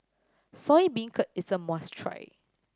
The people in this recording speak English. Soya Beancurd is a must try